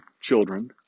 children